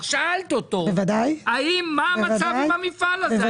שאלת אותו מה המצב עם המפעל הזה -- בוודאי,